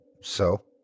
So